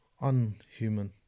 unhuman